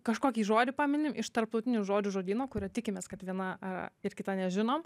kažkokį žodį paminim iš tarptautinių žodžių žodyno kurio tikimės kad viena a ir kita nežinom